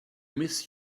miss